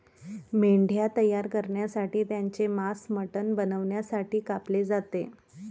मेंढ्या तयार करण्यासाठी त्यांचे मांस मटण बनवण्यासाठी कापले जाते